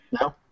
No